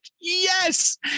yes